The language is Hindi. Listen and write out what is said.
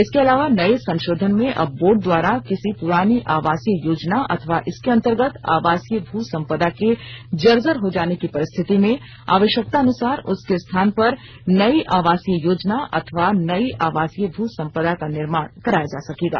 इसके अलावा नये संशोधन में अब बोर्ड द्वारा किसी पुरानी आवासीय योजना अथवा इसके अंतर्गत आवासीय भू संपदा के जर्जर हो जाने की परिस्थिति में आवश्यकतानुसार उसके स्थान पर नई आवासीय योजना अथवा नई आवासीय भू संपदा का निर्माण कराया जा सकेगा